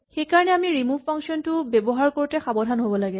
সেইকাৰণে আমি remove function টো ব্যৱহাৰ কৰোঁতে সাৱধান হ'ব লাগে